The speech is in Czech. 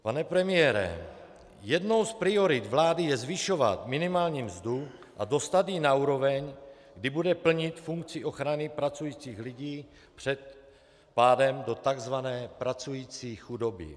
Pane premiére, jednou z priorit vlády je zvyšovat minimální mzdu a dostat ji na úroveň, kdy bude plnit funkci ochrany pracujících lidí před pádem do takzvané pracující chudoby.